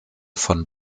von